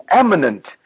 eminent